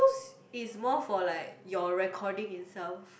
is more for like your recording itself